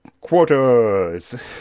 Quarters